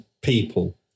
people